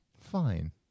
Fine